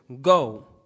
go